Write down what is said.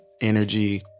energy